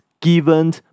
given